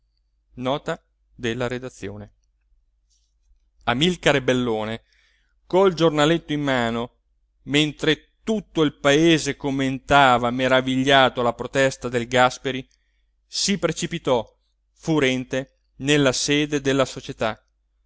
d r amilcare bellone col giornaletto in mano mentre tutto il paese commentava meravigliato la protesta del gàsperi si precipitò furente nella sede della società